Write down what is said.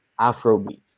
Afrobeat